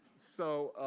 so